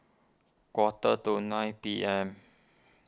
quarter to nine P M